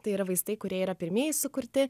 tai yra vaistai kurie yra pirmieji sukurti